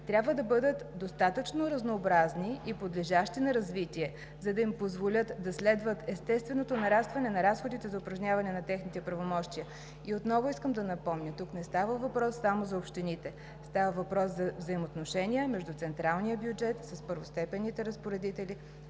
трябва да бъдат достатъчно разнообразни и подлежащи на развитие, за да им позволят да следват естественото нарастване на разходите за упражняване на техните правомощия. Отново искам да напомня, тук не става въпрос само за общините, става въпрос за взаимоотношения между централния бюджет с първостепенните разпоредители,